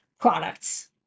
products